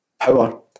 power